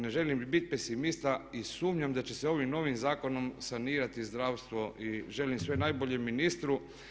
Ne želim biti pesimista i sumnjam da će se ovim novim zakonom sanirati zdravstvo i želim sve najbolje ministru.